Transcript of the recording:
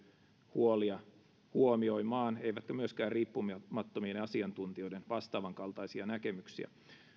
huolia huomioimaan eivätkä myöskään riippumattomien asiantuntijoiden vastaavankaltaisia näkemyksiä